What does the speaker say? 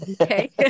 okay